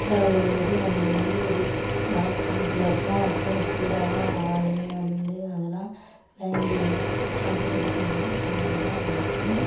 குற்றாலம் போகும்போது அங்கே வந்து ஒரு மழை பேஞ்சிச்சு அப்புறம் அப்போது தான் சூடான இறால் நண்டு அதெல்லாம் வாங்கி சாப்பிட்றதுக்கு வந்து செமை இதாக இருந்துச்சு